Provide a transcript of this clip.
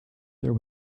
there